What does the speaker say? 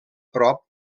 prop